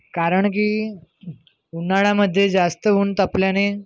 कारण की उन्हाळ्यामध्ये जास्त ऊन तापल्याने